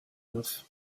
neuf